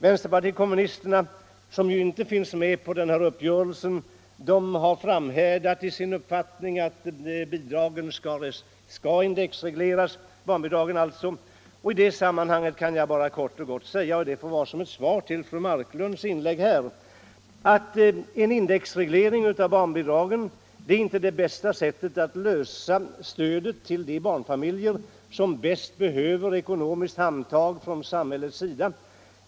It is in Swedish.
Vänsterpartiet kommunisterna, som inte var med om denna uppgörelse, har framhärdat i sin uppfattning att barnbidragen skall indexregleras. Såsom ett svar till fru Marklund vill jag säga att en indexreglering av barnbidragen inte är det bästa sättet att ordna stödet till de barnfamiljer som bäst behöver ett ekonomiskt handtag från samhället.